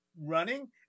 running